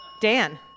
Dan